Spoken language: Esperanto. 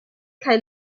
kaj